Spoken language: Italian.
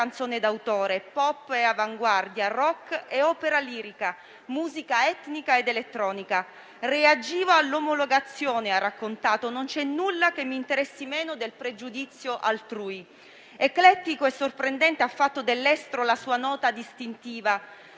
grazie a tutti